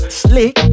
slick